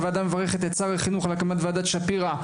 הוועדה מברכת את שר החינוך על הקמת ועדת שפירא,